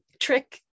trick